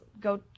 Go